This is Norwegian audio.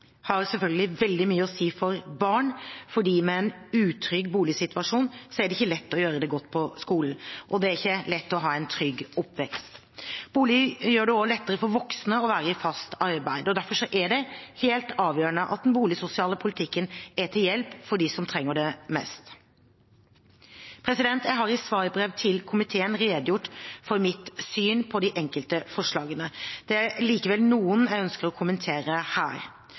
har selvfølgelig veldig mye å si for barn, for med en utrygg bosituasjon er det ikke lett å gjøre det godt på skolen, og det er ikke lett å ha en trygg oppvekst. Bolig gjør det også lettere for voksne å være i fast arbeid. Derfor er det helt avgjørende at den boligsosiale politikken er til hjelp for dem som trenger det mest. Jeg har i svarbrev til komiteen redegjort for mitt syn på de enkelte forslagene. Det er likevel noen av dem jeg ønsker å kommentere her.